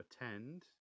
Attend